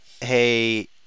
hey